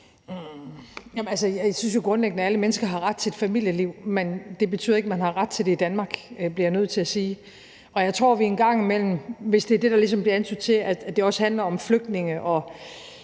grundlæggende, at alle mennesker har ret til et familieliv, men det betyder ikke, at man har ret til det i Danmark, bliver jeg nødt til at sige. Og jeg tror – hvis det er det, der ligesom bliver hentydet til, altså at det også handler om flygtninge og